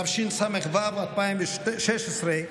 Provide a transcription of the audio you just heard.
התשס"ו 2016,